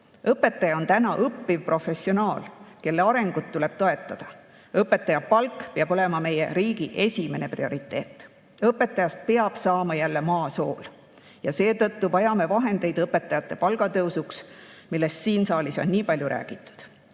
Õpetaja on õppiv professionaal, kelle arengut tuleb toetada. Õpetaja palk peab olema meie riigi prioriteet. Õpetajast peab saama jälle maa sool, seetõttu vajame vahendeid õpetajate palga tõusuks, millest siin saalis on nii palju räägitud. Aga